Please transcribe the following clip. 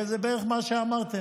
וזה בערך מה שאמרתם: